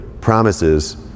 promises